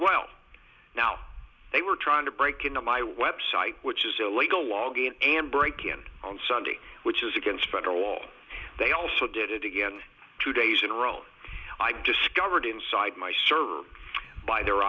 well now they were trying to break into my website which is illegal logging and breakin on sunday which is against federal law they also did it again two days in a row i discovered inside my server by their